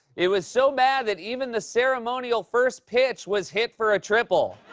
it was so bad that even the ceremonial first pitch was hit for a triple.